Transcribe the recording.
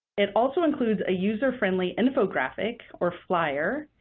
it also includes a user-friendly infographic or flyer,